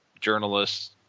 journalists